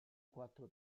quattro